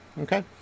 okay